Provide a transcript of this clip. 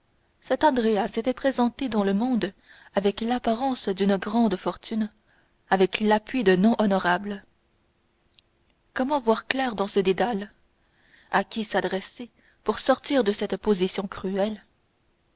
cet andrea s'était présenté dans le monde avec l'apparence d'une grande fortune avec l'appui de noms honorables comment voir clair dans ce dédale à qui s'adresser pour sortir de cette position cruelle